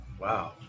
wow